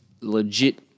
legit